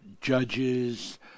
judges